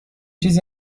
چیزی